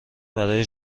برای